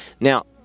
Now